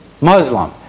Muslim